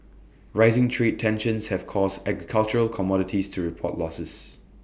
rising trade tensions have caused agricultural commodities to report losses